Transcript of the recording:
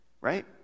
right